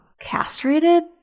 castrated